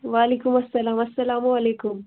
وعلیکُم اسلام اسلامُ علیکُم